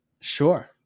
Sure